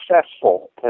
successful